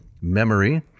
memory